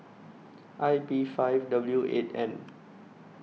I P five W eight N